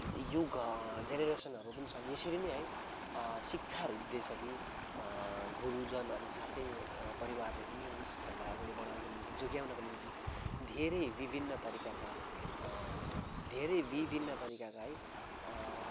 युग जेनेरेसनहरू पनि छन् यसरी नै है शिक्षाहरू दिँदैछ कि गुरुजन अनि साथै परिवारले पनि यस खेललाई अगाडि बढाउनको निम्ति जोगाउनको निम्ति धेरै विभिन्न तरिकाका धेरै विभिन्न तरिकाका है